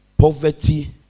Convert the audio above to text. Poverty